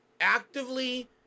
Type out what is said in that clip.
Actively